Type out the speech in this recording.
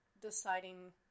deciding